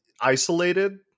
isolated